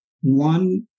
one